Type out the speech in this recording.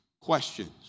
questions